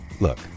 look